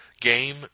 game